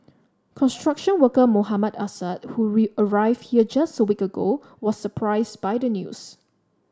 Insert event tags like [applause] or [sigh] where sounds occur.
construction worker Mohammad Assad who [unintelligible] arrived here just a week ago was surprised by the news